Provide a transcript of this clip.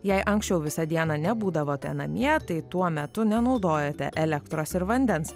jei anksčiau visą dieną nebūdavot namie tai tuo metu nenaudojote elektros ir vandens